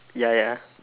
ya ya